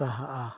ᱥᱟᱦᱟᱜᱼᱟ